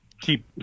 keep